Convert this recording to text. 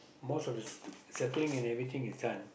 most of the circ~ circling and everything is done